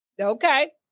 okay